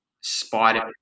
spider